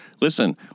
Listen